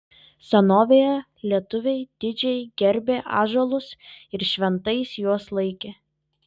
senovėje lietuviai didžiai gerbė ąžuolus ir šventais juos laikė